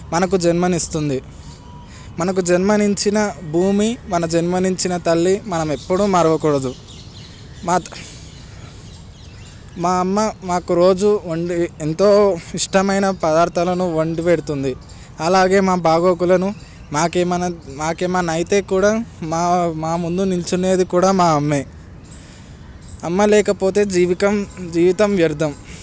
మనకు జన్మనిస్తుంది మనకు జన్మను ఇచ్చిన భూమి మన జన్మను ఇచ్చిన తల్లి మనం ఎప్పుడు మరవకూడదు మా మా అమ్మ మాకు రోజు వండి ఎంతో ఇష్టమైన పదార్థాలను వండి పెడుతుంది అలాగే మా బాగోగులను మాకు ఏమైనా మాకు ఏమైనా అయితే కూడా మా మా ముందు నిలుచునేది కూడా మా అమ్మే అమ్మ లేకపోతే జీవికం జీవితం వ్యర్థం